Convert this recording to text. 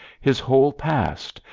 his whole past,